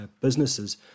businesses